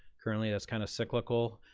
currently, that's kind of cyclical.